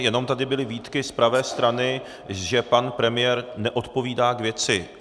Jenom tady výtky z pravé strany, že pan premiér neodpovídá k věci.